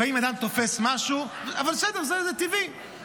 לפעמים אדם תופס משהו, אבל בסדר, זה טבעי.